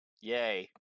yay